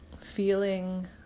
feeling